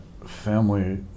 family